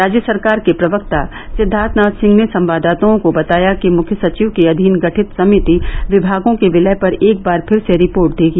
राज्य सरकार के प्रवक्ता सिद्दार्थनाथ सिंह ने संवाददाताओं को बताया कि मुख्य सचिव के अधीन गठित समिति विभागों के विलय पर एक बार फिर से रिर्पोट देगी